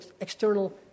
external